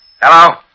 Hello